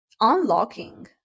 Unlocking